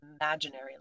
imaginary